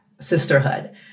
sisterhood